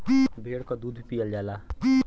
भेड़ क दूध भी पियल जाला